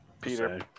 Peter